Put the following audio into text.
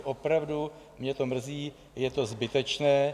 Opravdu mě to mrzí, je to zbytečné.